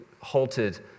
halted